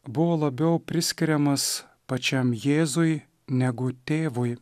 buvo labiau priskiriamas pačiam jėzui negu tėvui